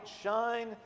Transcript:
shine